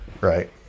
right